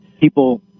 people